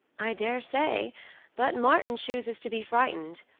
i daresay but martin chooses to be frightened,